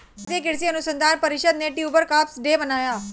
भारतीय कृषि अनुसंधान परिषद ने ट्यूबर क्रॉप्स डे मनाया